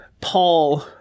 Paul